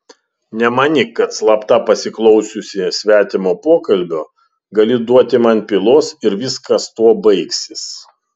nemanyk kad slapta pasiklausiusi svetimo pokalbio gali duoti man pylos ir viskas tuo baigsis